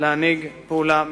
להנהיג פעולה מקיפה.